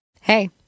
Hey